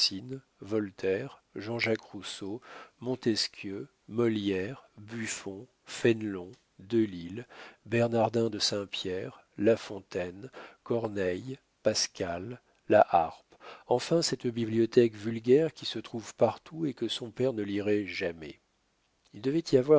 voltaire jean-jacques rousseau montesquieu molière buffon fénelon delille bernardin de saint-pierre la fontaine corneille pascal la harpe enfin cette bibliothèque vulgaire qui se trouve partout et que son père ne lirait jamais il devait y avoir